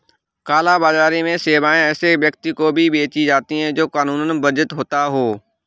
काला बाजारी में सेवाएं ऐसे व्यक्ति को भी बेची जाती है, जो कानूनन वर्जित होता हो